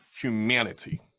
humanity